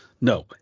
No